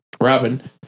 Robin